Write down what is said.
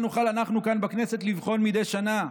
שאותן נוכל אנחנו כאן בכנסת לבחון מדי שנה,